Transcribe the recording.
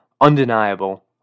undeniable